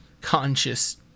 conscious